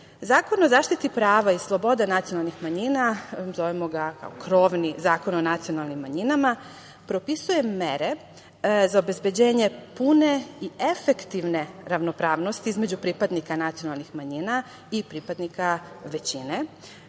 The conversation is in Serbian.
Zakon o zaštiti prava i sloboda nacionalnih manjina, zovemo ga krovni zakon o nacionalnim manjinama, propisuje mere za obezbeđenje pune i efektivne ravnopravnosti između pripadnika nacionalnih manjina i pripadnika većine,